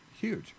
huge